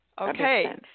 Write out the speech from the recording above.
Okay